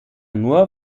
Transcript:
nur